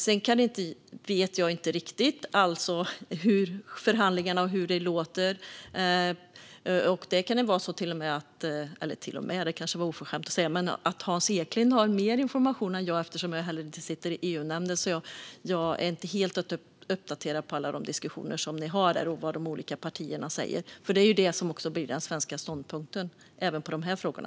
Sedan vet jag inte riktigt hur det låter i förhandlingarna. Det kanske till och med - det kanske var oförskämt att säga så - kan vara så att Hans Eklind har mer information än jag. Eftersom jag inte sitter med i EU-nämnden är jag inte helt uppdaterad på alla de diskussioner som ni har där och vad de olika partierna säger. Det är ju det som också blir den svenska ståndpunkten även i de här frågorna.